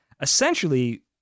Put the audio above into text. essentially